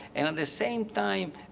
and and the same time,